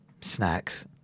snacks